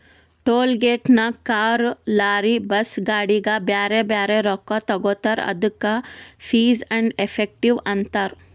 toll ಗೇಟ್ನಾಗ್ car, lorry, bus, ಗಾಡಿಗ ಬ್ಯಾರೆ ಬ್ಯಾರೆ ರೊಕ್ಕಾ ತಗೋತಾರ್ ಅದ್ದುಕ ಫೀಸ್ ಆ್ಯಂಡ್ ಎಫೆಕ್ಟಿವ್ ಅಂತಾರ್